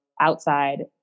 outside